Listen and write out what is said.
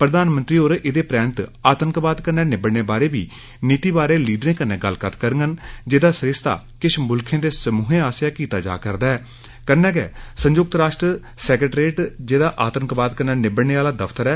प्रधानमंत्री होर एह्दे परैंत आतंकवाद कन्नै निबड़ने बारे नीति बारे लीडरें कन्नै गल्लबात करगंन जेहदा सरिस्ता किश मुल्खे दे समूहें आस्सेआ कीता जा करदी ऐ कन्नै गै संयुक्त राश्ट्र सेक्रेटरी जेह्ड़ा आतंकवाद कन्ने निबड़ने आला दफ्तर ऐ